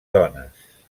dones